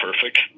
perfect